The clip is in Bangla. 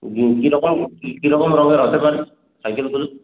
কি কিরকম কিরকম রংয়ের হতে পারে সাইকেলগুলো